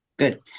Good